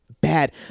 bad